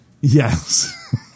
Yes